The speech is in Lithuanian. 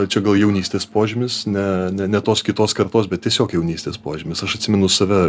čia gal jaunystės požymis ne ne tos kitos kartos bet tiesiog jaunystės požymis aš atsimenu save